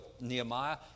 Nehemiah